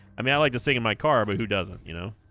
i mean i like to sing in my car but who doesn't you know